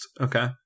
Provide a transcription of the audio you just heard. okay